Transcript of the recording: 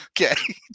Okay